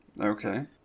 Okay